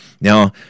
Now